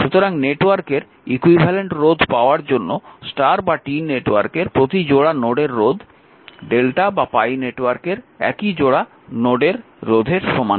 সুতরাং নেটওয়ার্কের ইকুইভ্যালেন্ট রোধ পাওয়ার জন্য Y বা T নেটওয়ার্কের প্রতি জোড়া নোডের রোধ Δ বা pi নেটওয়ার্কের একই জোড়া নোডের রোধের সমান